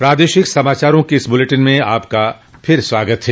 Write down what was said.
प्रादेशिक समाचारों के इस बुलेटिन में आपका फिर से स्वागत है